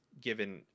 given